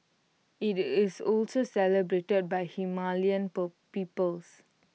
IT is also celebrated by Himalayan peoples